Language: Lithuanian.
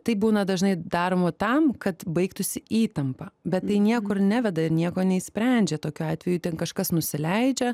taip būna dažnai daroma tam kad baigtųsi įtampa bet tai niekur neveda ir nieko neišsprendžia tokiu atveju ten kažkas nusileidžia